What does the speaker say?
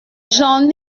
j’en